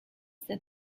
the